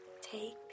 Take